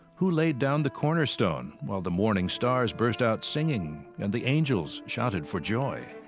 who laid down the cornerstone while the morning stars burst out singing and the angels shouted for joy?